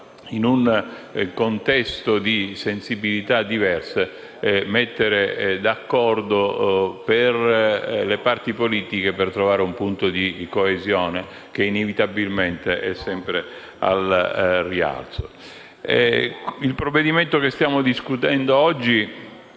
sono presenti sensibilità diverse, mettere d'accordo le parti politiche e trovare un punto di coesione che inevitabilmente è sempre al rialzo. Con il provvedimento che stiamo discutendo oggi